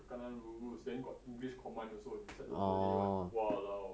ka kanan lurus then got english command inside the malay [one] !walao!